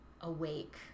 awake